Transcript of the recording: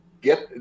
get